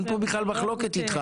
אין פה בכלל מחלוקת איתך.